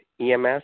EMS